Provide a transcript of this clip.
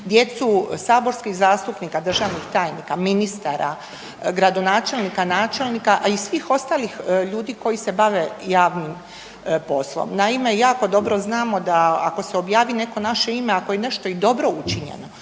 djecu saborskih zastupnika, državnih tajnika, ministara, gradonačelnika, načelnika, a i svih ostalih ljudi koji se bave javnim poslom? Naime, jako dobro znamo ako se objavi neko naše ime, ako je nešto i dobro učinjeno